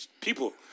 people